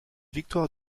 victoires